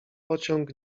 pociąg